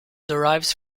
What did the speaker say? derives